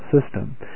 system